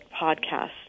podcast